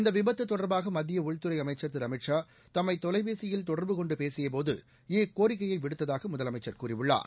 இந்த விபத்து தொடர்பாக மத்திய உள்துறை அமைச்சர் திரு அமித்ஷா தம்மை தொலைபேசியில் தொடர்பு கொண்டு பேசியபோது இக்கோரிக்கையை விடுத்ததாக முதலமைச்சர் கூறியுள்ளார்